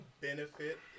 benefit